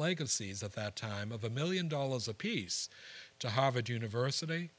legacies at that time of a one million dollars apiece to harvard university